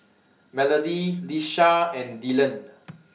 Melody Lisha and Dylan